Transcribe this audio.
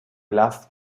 last